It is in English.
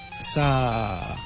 sa